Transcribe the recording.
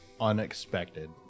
Unexpected